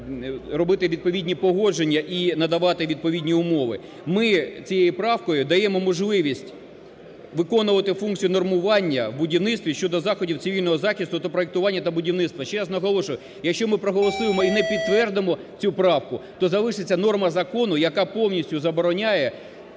робити відповідні погодження і надавати відповідні умови. Ми цією правкою даємо можливість виконувати функцію нормування в будівництві щодо заходів цивільного захисту та проектування та будівництва. Ще раз наголошую, якщо ми проголосуємо і не підтвердимо цю правку, то залишиться норма закону, яка повністю забороняє